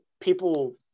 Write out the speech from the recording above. people